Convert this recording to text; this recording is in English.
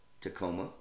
Tacoma